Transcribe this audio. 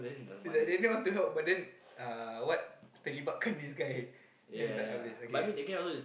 Daniel want to help but then uh what terlibatkan this guy then is like habis okay